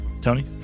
Tony